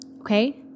Okay